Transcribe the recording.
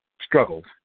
struggled